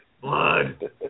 blood